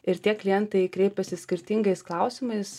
ir tie klientai kreipiasi skirtingais klausimais